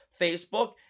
facebook